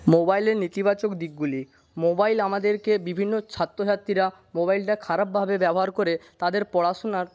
মোবাইলের নেতিবাচক দিকগুলি মোবাইল আমাদেরকে বিভিন্ন ছাত্রছাত্রীরা মোবাইলটা খারাপভাবে ব্যবহার করে তাদের পড়াশোনার